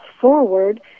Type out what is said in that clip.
forward